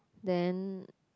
then